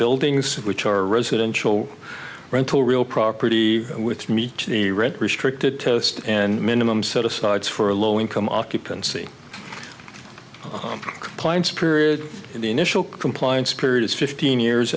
buildings which are residential rental real property with me to the rent restricted test and minimum set asides for a low income occupancy compliance period the initial compliance period is fifteen years